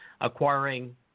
acquiring